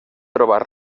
trobat